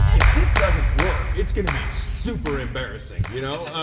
if this doesn't work it's going to be super embarrassing. you know